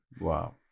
Wow